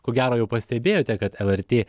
ko gero jau pastebėjote kad lrt